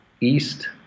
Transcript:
east